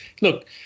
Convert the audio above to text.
look